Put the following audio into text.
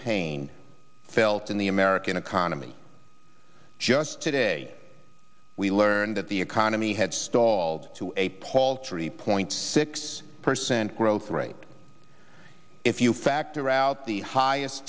pain felt in the american economy just today we learned that the economy had stalled to a paltry point six per cent growth rate if you factor out the highest